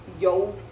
yo